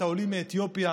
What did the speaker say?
את העולים מאתיופיה